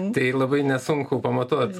tai labai nesunku pamatuot